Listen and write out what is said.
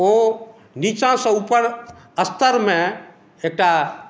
ओ नीचाँ सॅं ऊपर स्तर मे एकटा